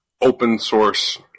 open-source